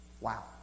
Wow